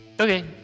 Okay